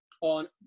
On